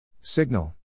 signal